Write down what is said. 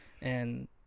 and-